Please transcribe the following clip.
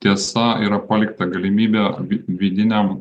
tiesa yra palikta galimybė vidiniam